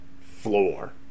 floor